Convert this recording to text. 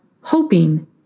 hoping